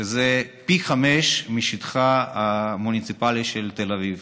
שזה פי חמישה משטחה המוניציפלי של תל אביב.